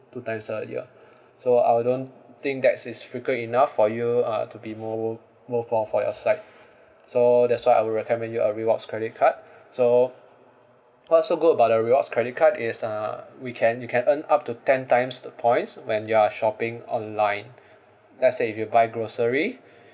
two times a year so I don't think that is frequent enough for you uh to be more more far for your side so that's why I will recommend you a rewards credit card so what's so good about the rewards credit card is uh we can you can earn up to ten times the points when you are shopping online let's say if you buy grocery